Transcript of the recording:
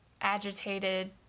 agitated